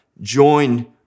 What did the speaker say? join